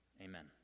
Amen